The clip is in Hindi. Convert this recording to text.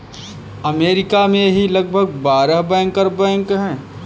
अमरीका में ही लगभग बारह बैंकर बैंक हैं